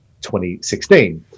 2016